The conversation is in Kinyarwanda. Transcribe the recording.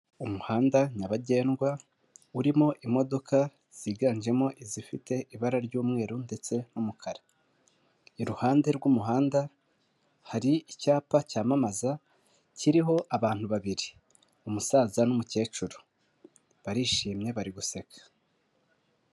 Umuhanda nyabagendwa urimo imodoka ziganjemo izifite ibara ry'umweru ndetse n'umukara iruhande rw'umuhanda hari icyapa cyamamaza kiriho abantu babiri umusaza n'umukecuru barishimye bari guseka.